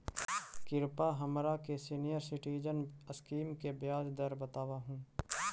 कृपा हमरा के सीनियर सिटीजन स्कीम के ब्याज दर बतावहुं